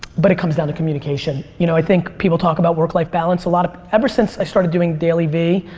but it comes down to communication. you know i think people talk about work life balance a lot, ever since i started doing dailyvee,